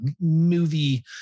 movie